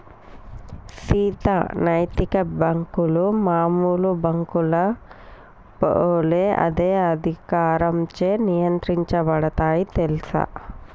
సీత నైతిక బాంకులు మామూలు బాంకుల ఒలే అదే అధికారంచే నియంత్రించబడుతాయి తెల్సా